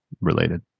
related